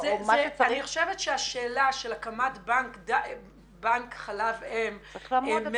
אני חושבת שהשאלה של הקמת בנק חלב אם מרכזי,